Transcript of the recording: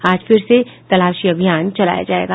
आज फिर से तलाशी अभियान चलाया जायेगा